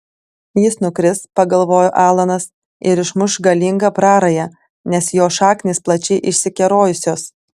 jis nukris pagalvojo alanas ir išmuš galingą prarają nes jo šaknys plačiai išsikerojusios